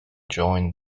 joined